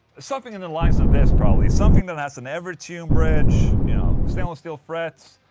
something in the lines of this probably, something that has an evertune bridge you know, stainless steel frets.